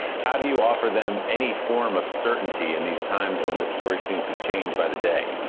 how do you offer them any form of certainty in these times when the stories seem to change by the day?